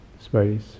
space